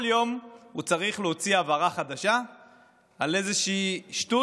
כל יום הוא צריך להוציא הבהרה חדשה על איזה שטות